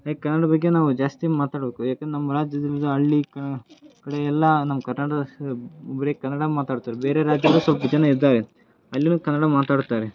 like Kannada ಬಗ್ಗೆ ನಾವು ಜಾಸ್ತಿ ಮಾತಾಡಬೇಕು ಏಕಂದ್ರೆ ನಮ್ಮ ರಾಜ್ಯದಲ್ಲಿರೋ ಹಳ್ಳಿ ಕ ಕಡೆ ಎಲ್ಲ ನಮ್ಮ ಕರ್ನಾಟಕ ಬರೇ ಕನ್ನಡ ಮಾತಾಡ್ತರೆ ಬೇರೆ ರಾಜ್ಯದ ಸಲ್ಪ ಜನ ಇದ್ದಾರೆ ಅಲ್ಲಿಯೂ ಕನ್ನಡ ಮಾತಾಡ್ತಾರೆ